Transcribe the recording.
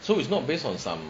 so it's not based on some